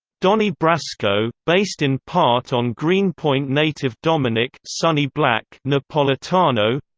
donnie brasco, based in part on greenpoint native dominick sonny black napolitano